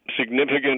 significant